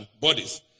bodies